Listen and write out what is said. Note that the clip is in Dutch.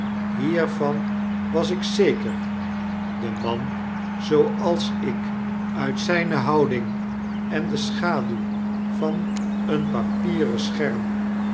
hiervan was ik zeker de man zooals ik uit zyne houding en de schaduw van een papieren schema